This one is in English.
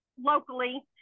locally